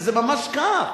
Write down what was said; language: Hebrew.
זה ממש כך.